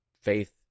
faith